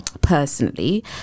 personally